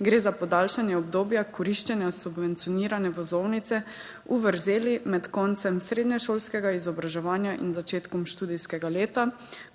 Gre za podaljšanje obdobja koriščenja subvencionirane vozovnice v vrzeli med koncem srednješolskega izobraževanja in začetkom študijskega leta,